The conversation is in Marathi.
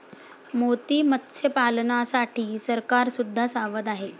मोती मत्स्यपालनासाठी सरकार सुद्धा सावध आहे